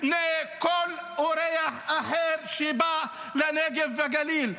לפני כל אורח אחר שבא לנגב ולגליל.